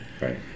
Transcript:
Right